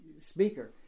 speaker